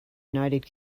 united